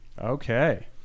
Okay